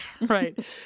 Right